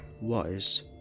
Wise